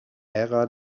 ära